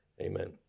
Amen